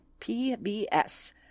PBS